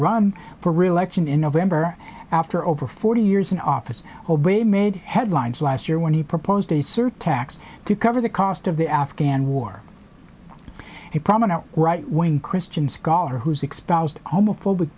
run for reelection in november after over forty years in office obey made headlines last year when he proposed a surtax to cover the cost of the afghan war for a prominent right wing christian scholar whose exposed homophobic